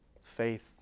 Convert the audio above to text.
Faith